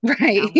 Right